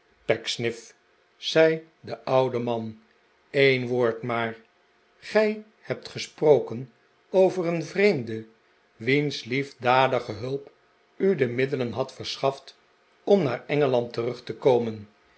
pecksniff zei de oude man een woord maar gij hebt gesproken over een vreemde wiens liefdadige hulp u de middelen had verschaft om naar engeland terug te komen